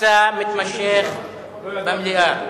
תסיסה מתמשך במליאה.